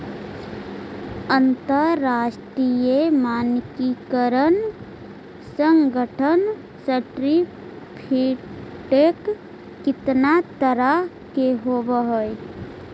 अंतरराष्ट्रीय मानकीकरण संगठन सर्टिफिकेट केतना तरह के होब हई?